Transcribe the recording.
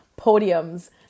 podiums